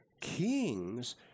kings